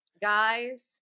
guys